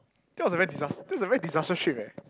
that was a very disas~ that was a very disastrous trip eh